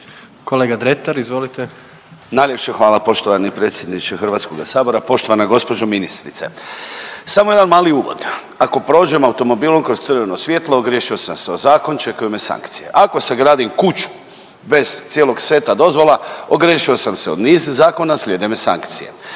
**Dretar, Davor (DP)** Najljepše hvala poštovani predsjedniče Hrvatskog sabora. Poštovana gospođo ministrice, samo jedan mali uvod. Ako prođem automobilom kroz crveno svjetlo ogriješio sam se o zakon čekaju me sankcije. Ako sagradim kuću bez cijelog seta dozvola ogriješio sam se o niz zakona slijede me sankcije.